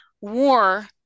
war